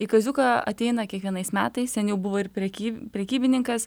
į kaziuką ateina kiekvienais metais seniau buvo ir prekyba prekybininkas